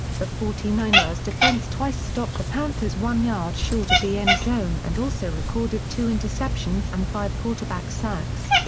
the forty nine ers defense twice stopped the panthers one yard short of the end zone and also recorded two interceptions and five quarterback sacks.